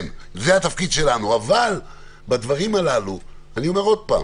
כן, זה התפקיד שלנו, אבל אני אומר עוד פעם